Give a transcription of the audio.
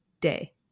day